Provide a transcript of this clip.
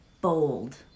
bold